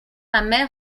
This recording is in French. amer